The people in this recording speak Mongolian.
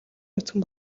нүцгэн